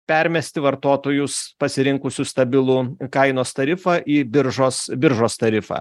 permesti vartotojus pasirinkusių stabilų kainos tarifą į biržos biržos tarifą